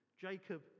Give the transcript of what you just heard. Jacob